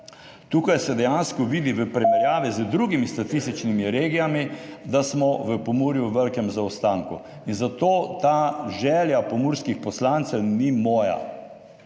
tukaj se dejansko vidi v primerjavi z drugimi statističnimi regijami, da smo v Pomurju v velikem zaostanku in zato ta želja pomurskih poslancev, ni moja